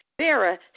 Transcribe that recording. sarah